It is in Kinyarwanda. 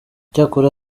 icyakora